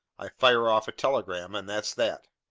i fire off a telegram, and that's that.